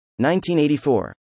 1984